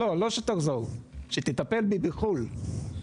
לא שתחזור, שתטפל בי בחו"ל.